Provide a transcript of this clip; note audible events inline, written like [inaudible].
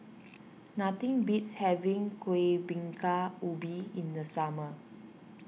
[noise] nothing beats having Kuih Bingka Ubi in the summer